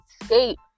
escape